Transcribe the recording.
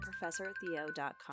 ProfessorTheo.com